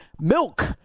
milk